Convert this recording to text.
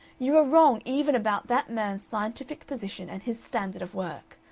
you are wrong even about that man's scientific position and his standard of work.